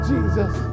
Jesus